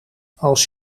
als